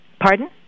Pardon